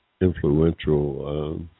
influential